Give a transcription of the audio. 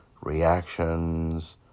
reactions